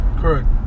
Correct